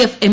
F M